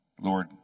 Lord